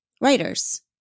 writers